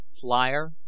flyer